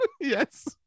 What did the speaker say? Yes